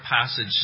passage